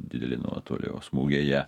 didelį nuotolį o smūgiai jie